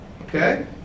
Okay